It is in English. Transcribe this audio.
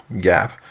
gap